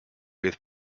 with